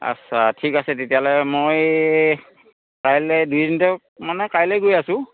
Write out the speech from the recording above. আচ্ছা ঠিক আছে তেতিয়াহ'লে মই কাইলৈ মানে কাইলৈ গৈ আছোঁ